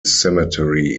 cemetery